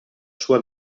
sua